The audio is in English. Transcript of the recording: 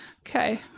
okay